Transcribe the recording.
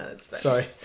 Sorry